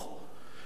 יש לזה משמעות